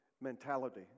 mentality